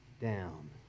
down